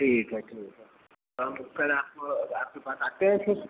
ठीक है ठीक हैतो हम कल आप आपके पास आते हैं फिर